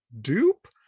dupe